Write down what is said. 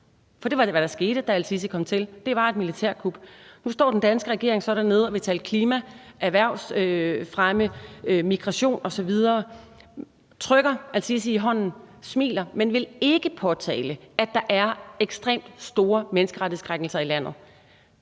For det var, hvad der skete, da al-Sisi kom til, altså et militærkup. Nu står den danske regering så dernede og vil tale klima, erhvervsfremme, migration osv., man trykker al-Sisi i hånden og smiler, men vil ikke påtale, at der er ekstremt store menneskerettighedskrænkelser i landet.